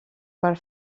per